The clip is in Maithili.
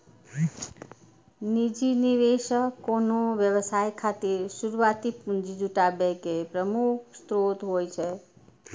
निजी निवेशक कोनो व्यवसाय खातिर शुरुआती पूंजी जुटाबै के प्रमुख स्रोत होइ छै